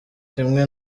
kimwe